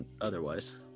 otherwise